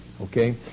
Okay